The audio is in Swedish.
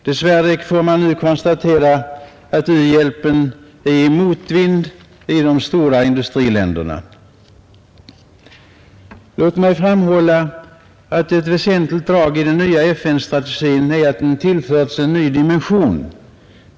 Dess värre får man nu konstatera att u-hjälpen är i motvind i de stora industriländerna. Låt mig framhålla att ett väsentligt drag i den nya FN-strategin är att den tillförts en ny dimension.